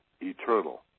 eternal